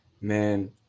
man